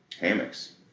hammocks